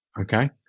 okay